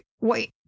Wait